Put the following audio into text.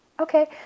okay